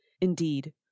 Indeed